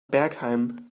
bergheim